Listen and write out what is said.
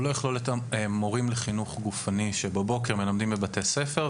הוא לא יכלול את המורים לחינוך גופני שבבוקר מלמדים בבתי ספר,